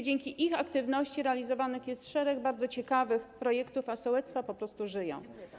Dzięki ich aktywności realizowanych jest wiele bardzo ciekawych projektów, a sołectwa po prostu żyją.